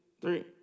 three